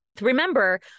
Remember